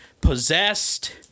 possessed